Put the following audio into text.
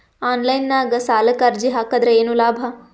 Online ನಾಗ್ ಸಾಲಕ್ ಅರ್ಜಿ ಹಾಕದ್ರ ಏನು ಲಾಭ?